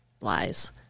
lies